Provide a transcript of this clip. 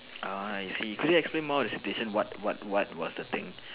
orh I see could you explain more on the situation what what what was the thing